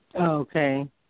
Okay